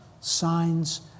signs